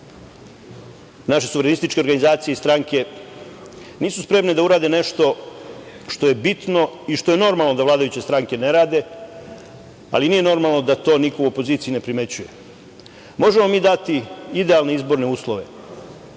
naše suverenističke organizacije i stranke nisu spremne da urade nešto što je bitno i što je normalno da vladajuće stranke ne rade, ali nije normalno da to niko u opoziciji ne primećuje. Možemo mi dati idealne izborne uslove,